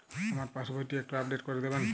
আমার পাসবই টি একটু আপডেট করে দেবেন?